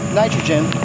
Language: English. nitrogen